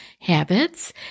Habits